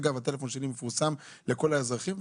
אגב, הטלפון שלי מפורסם לכל האזרחים.